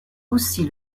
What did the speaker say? aussi